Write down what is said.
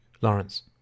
Lawrence